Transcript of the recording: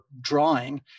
drawing